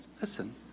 Listen